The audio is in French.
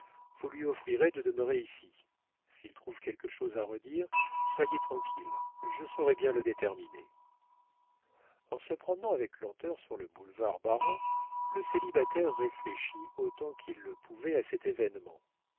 vous lui offrirez de demeurer ici s'il trouve quelque chose à redire soyez tranquille je saurai bien le déterminer en se promenant avec lenteur sur le boulevard baron le célibataire réfléchit autant qu'il le pouvait à cet événement